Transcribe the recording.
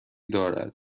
دارد